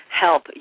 help